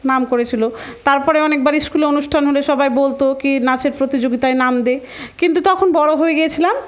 নাম করেছিলো তারপরে অনেকবার স্কুলে অনুষ্ঠান হলে সবাই বলতো কি নাচের প্রতিযোগিতায় নাম দে কিন্তু তখন বড়ো হয়ে গিয়েছিলাম